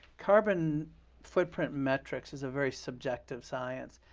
carbon footprint metrics is a very subjective science.